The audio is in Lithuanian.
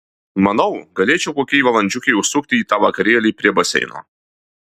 manau galėčiau kokiai valandžiukei užsukti į tą vakarėlį prie baseino